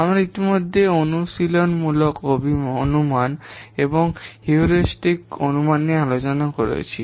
আমরা ইতিমধ্যে অনুশীলনমূলক অনুমান এবং হিউরিস্টিক অনুমান নিয়ে আলোচনা করেছি